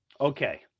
Okay